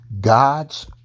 God's